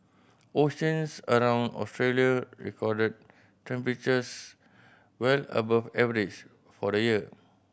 oceans around Australia recorded temperatures well above average for the year